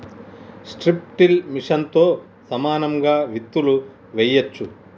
strip till మెషిన్తో సమానంగా విత్తులు వేయొచ్చు